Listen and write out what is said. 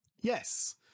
yes